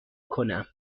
کنم